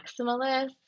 maximalist